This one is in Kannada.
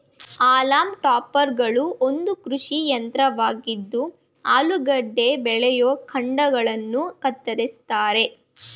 ಹಾಲಮ್ ಟಾಪರ್ಗಳು ಒಂದು ಕೃಷಿ ಯಂತ್ರವಾಗಿದ್ದು ಆಲೂಗೆಡ್ಡೆ ಬೆಳೆಯ ಕಾಂಡಗಳನ್ನ ಕತ್ತರಿಸ್ತದೆ